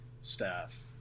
staff